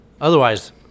otherwise